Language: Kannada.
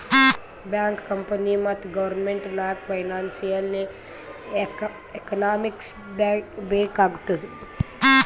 ಬ್ಯಾಂಕ್, ಕಂಪನಿ ಮತ್ತ ಗೌರ್ಮೆಂಟ್ ನಾಗ್ ಫೈನಾನ್ಸಿಯಲ್ ಎಕನಾಮಿಕ್ಸ್ ಬೇಕ್ ಆತ್ತುದ್